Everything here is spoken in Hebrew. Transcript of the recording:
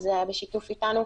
וזה היה בשיתוף אתנו.